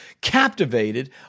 captivated